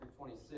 26